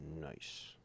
Nice